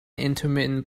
intermittent